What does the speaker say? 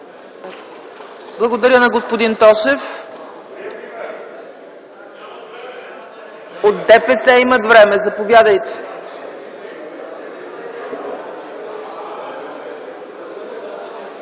Благодаря на господин Тошев. От ДПС имат време – заповядайте.